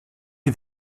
die